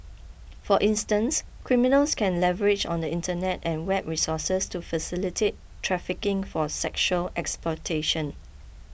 for instance criminals can leverage on the Internet and web resources to facilitate trafficking for sexual exportation